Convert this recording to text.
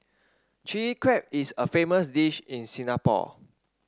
Chilli Crab is a famous dish in Singapore